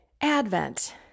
Advent